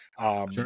Sure